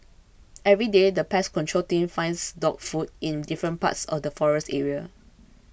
everyday the pest control team finds dog food in different parts of the forest area